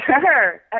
Sure